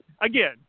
Again